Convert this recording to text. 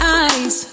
eyes